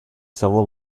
civil